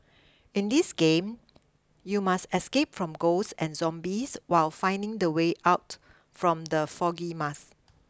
in this game you must escape from ghosts and zombies while finding the way out from the foggy maze